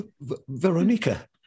Veronica